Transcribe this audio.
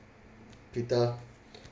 peter